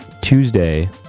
Tuesday